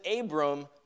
Abram